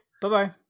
bye-bye